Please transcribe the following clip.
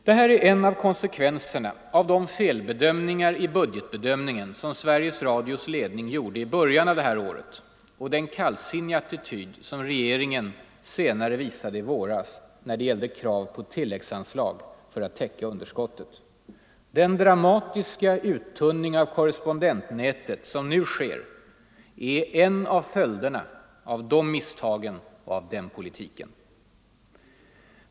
Detta är en av konsekvenserna av de felbedömningar i budgetbedömningen som Sveriges Radios ledning gjorde i början av detta år och den kallsinniga attityd som regeringen senare visade i våras när det gällde krav på tilläggsanslag för att täcka underskottet. Den dramatiska uttunning av korrespondentnätet som nu sker är en av följderna av de misstagen och av den politiken.